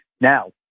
Now